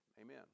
Amen